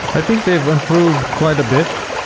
i think they have improved quite a bit,